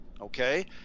Okay